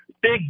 big